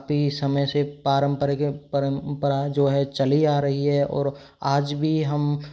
काफी समय से पारंपरिक परंपरा जो है चली आ रही है और आज भी हम